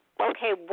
okay